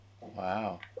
Wow